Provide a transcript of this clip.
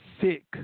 sick